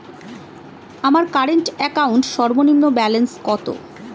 আমার current account সর্বনিম্ন balance কত?